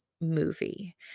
movie